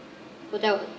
oh